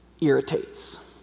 irritates